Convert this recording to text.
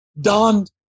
donned